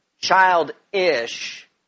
childish